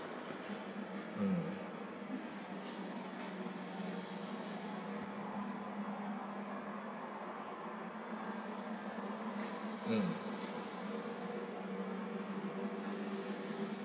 mm mm